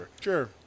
sure